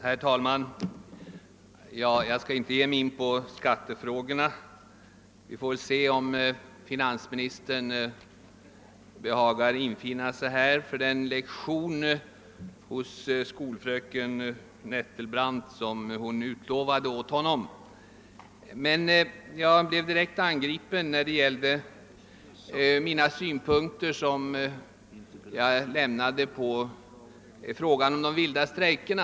Herr talman! Jag skall inte ge mig in på skattefrågorna. Vi får se, om finansministern behagar infinna sig här för den lektion hos skolfröken Nettelbrandt som hon lovade honom. Emellertid blev jag direkt angripen i anledning av mina synpunkter på spörsmålet om de vilda strejkerna.